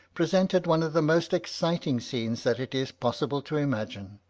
presented one of the most exciting scenes that it is possible to imagine.